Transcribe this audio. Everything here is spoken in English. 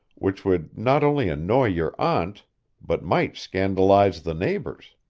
which would not only annoy your aunt but might scandalize the neighbors.